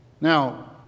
Now